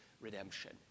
redemption